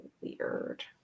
weird